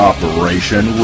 Operation